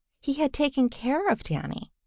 he had taken care of danny,